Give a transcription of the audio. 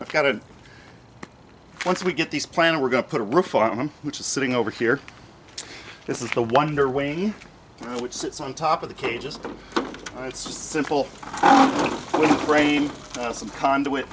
i've got to once we get these planted we're going to put a reform which is sitting over here this is a wonder wing which sits on top of the cage just the it's simple frame some conduit